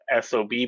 sob